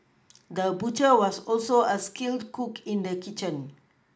the butcher was also a skilled cook in the kitchen